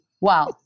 Wow